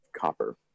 copper